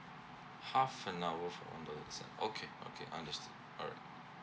half an hour for one dollar itself okay okay understood all right